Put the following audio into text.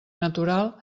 natural